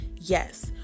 Yes